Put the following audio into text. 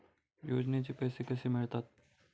योजनेचे पैसे कसे मिळतात?